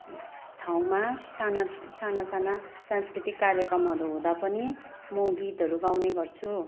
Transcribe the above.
ठाउँमा साना साना साना सांस्कृतिक कार्यक्रमहरू हुँदा पनि म गीतहरू गाउने गर्छु